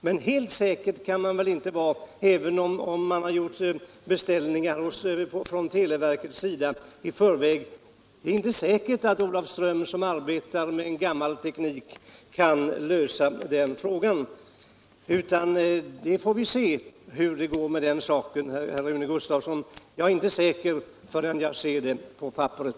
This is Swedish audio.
Men även om televerket nu gjort beställningar i förväg är det inte säkert att Olofström, som arbetar med en gammal teknik, kan lösa problemen. Hur det går med den saken får vi se, herr Rune Gustavsson. Jag är inte säker förrän jag ser det på papperet.